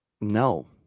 No